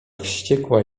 wściekła